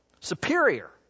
superior